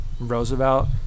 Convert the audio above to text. Roosevelt